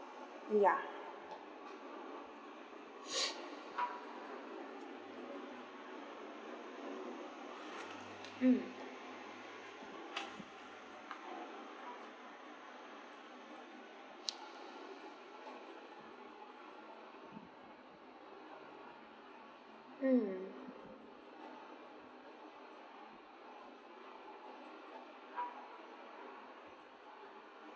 ya mm mm